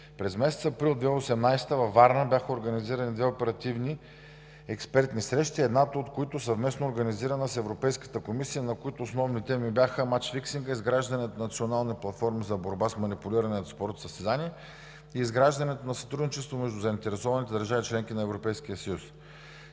През месец април 2018 г. във Варна бяха организирани две оперативни експертни срещи, едната от които е съвместно организирана с Европейската комисия, на които основни теми бяха: мач-фиксингът, изграждането на национални платформи за борба с манипулиране на спортни състезания и изграждането на сътрудничество между заинтересованите държави – членки на Европейския съюз.